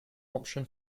option